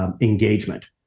engagement